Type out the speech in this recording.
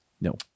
No